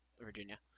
Virginia